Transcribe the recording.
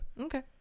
okay